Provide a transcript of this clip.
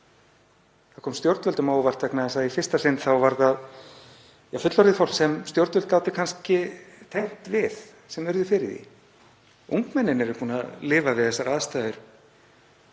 Það kom stjórnvöldum á óvart vegna þess að í fyrsta sinn var um að ræða fullorðið fólk sem stjórnvöld gátu kannski tengt við sem varð fyrir því. Ungmennin eru búin að lifa við þessar aðstæður,